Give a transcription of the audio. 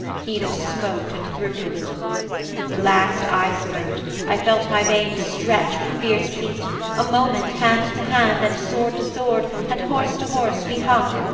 he that smote and threw him last i spurred i felt my veins stretch with fierce heat a moment hand to hand, and sword to sword, and horse to horse we hung,